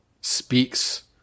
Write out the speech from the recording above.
speaks